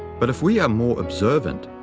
but if we are more observant,